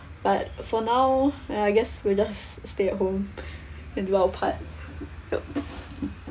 but for now and I guess we'll just st~ stay at home and do our part yup